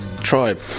tribe